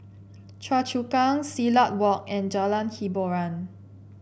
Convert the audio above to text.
Choa Chu Kang Silat Walk and Jalan Hiboran